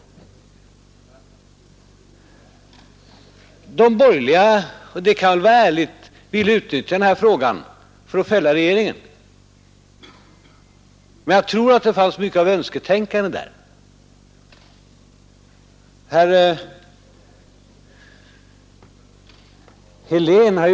De borgerliga vill — och det kan vara ärligt — utnyttja denna fråga för att fälla regeringen. Men jag tror att det fanns mycket av önsketänkande därvidlag.